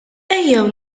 ejjew